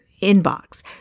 inbox